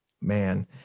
man